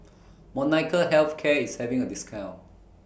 Molnylcke Health Care IS having A discount